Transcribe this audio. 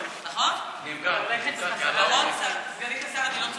נכון, סגנית השר, אני לא צודקת?